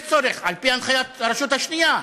יש צורך, על-פי הנחיית הרשות השנייה.